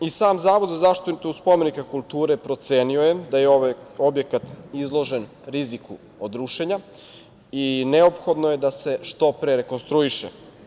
I sam Zavod za zaštitu spomenika kulture procenio je da je ovaj objekat izložen riziku od rušenja i neophodno je da se što pre rekonstruiše.